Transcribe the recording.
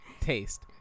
Taste